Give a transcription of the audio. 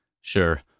Sure